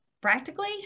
Practically